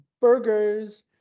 burgers